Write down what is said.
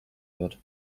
wird